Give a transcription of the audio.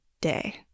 day